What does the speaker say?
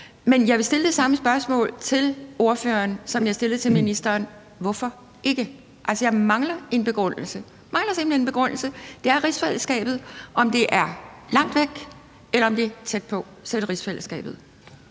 Men jeg vil stille det samme spørgsmål til ordføreren, som jeg stillede til ministeren: Hvorfor ikke? Altså, jeg mangler en begrundelse. Jeg mangler simpelt hen en begrundelse, for det er rigsfællesskabet.